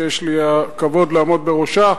שיש לי הכבוד לעמוד בראשה,